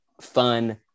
fun